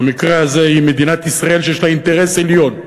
במקרה הזה מדינת ישראל, שיש לה אינטרס עליון,